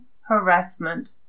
harassment